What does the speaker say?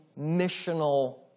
missional